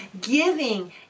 giving